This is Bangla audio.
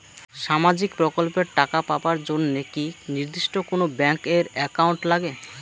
সামাজিক প্রকল্পের টাকা পাবার জন্যে কি নির্দিষ্ট কোনো ব্যাংক এর একাউন্ট লাগে?